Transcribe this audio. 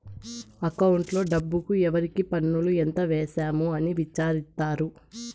అకౌంట్లో డబ్బుకు ఎవరికి పన్నులు ఎంత వేసాము అని విచారిత్తారు